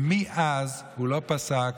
ומאז הוא לא פסק.